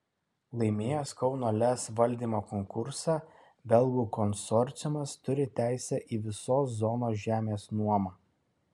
laimėjęs kauno lez valdymo konkursą belgų konsorciumas turi teisę į visos zonos žemės nuomą